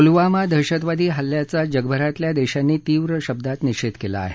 पुलवामा दहशतवादी हल्ल्याचा जगभरातल्या देशांनी तीव्र निषेध केला आहे